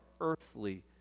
earthly